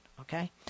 okay